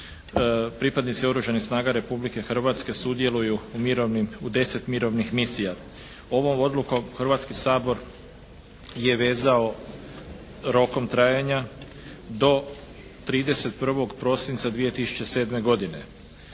pripadnici Oružanih snaga Republike Hrvatske sudjeluju u mirovnim, u deset mirovnih misija. Ovom odlukom Hrvatski sabor je vezao rokom trajanja do 31. prosinca 2007. godine.